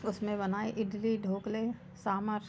उसमें बनाई इडली ढोकले सामर